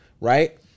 Right